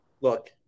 look